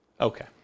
okay